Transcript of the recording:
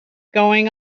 going